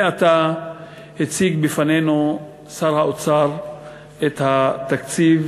זה עתה הציג בפנינו שר האוצר את התקציב